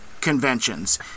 conventions